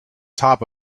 top